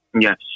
Yes